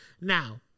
Now